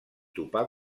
topar